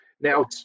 now